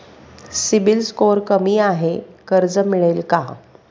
CIBIL score कमी आहे कर्ज मिळेल का?